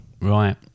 Right